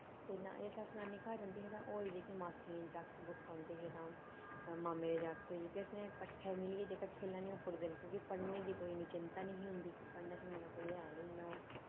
ते ना जिसलै अस नानी घर जंदे हे तां और जेह्की मास्सियें दे जागत जुक्त होंदे हे तां मामे दे जागत होई गे फ्ही असें किट्ठै मिल्लियै जेह्का खेढना निं ओह् पूरे दिन क्यूंकि पढ़ने दी कोई इन्नी चिंता निंही होंदी कि पढ़ने शढ़ने दा कोई है निं हा इन्ना ओह्